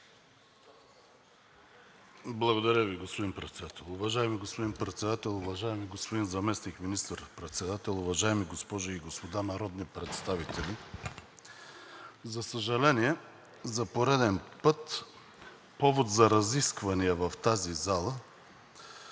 Благодаря Ви, господин Председател. Уважаеми господин Председател, уважаеми господин Заместник министър-председател, уважаеми госпожи и господа народни представители! За съжаление, за пореден път повод за разисквания в тази зала